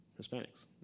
Hispanics